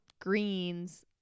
greens